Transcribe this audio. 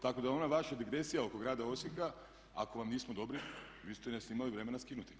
Tako da ona vaša digresija oko grada Osijeka ako vam nismo dobri vi ste nas imali vremena skinuti.